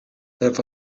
that